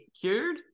cured